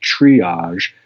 triage